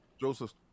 Joseph